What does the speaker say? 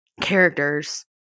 characters